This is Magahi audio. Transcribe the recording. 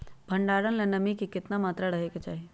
भंडारण ला नामी के केतना मात्रा राहेके चाही?